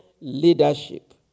leadership